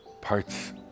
Parts